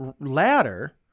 ladder